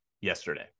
yesterday